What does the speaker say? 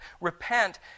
repent